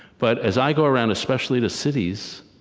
but as i go around, especially to cities,